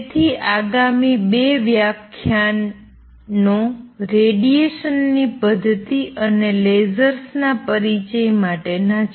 તેથી આગામી ૨ વ્યાખ્યાનો રેડિએશન ની પદ્ધતિ અને લેઝર્સના પરિચય માટેના છે